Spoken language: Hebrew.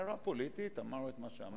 הערה פוליטית, אמר את מה שאמר.